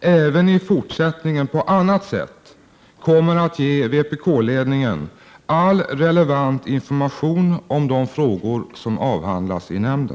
även i fortsättningen på annat sätt kommer att ge vpk-ledningen all relevant information om de frågor som avhandlas i nämnden.